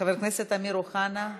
חבר הכנסת אמיר אוחנה,